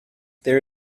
there